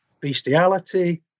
bestiality